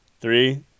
three